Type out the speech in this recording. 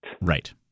Right